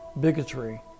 bigotry